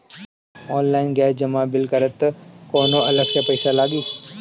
Online gas bill जमा करत वक्त कौने अलग से पईसा लागी?